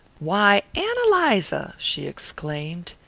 why, ann eliza, she exclaimed,